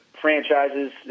franchises